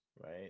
right